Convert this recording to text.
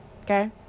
okay